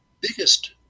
biggest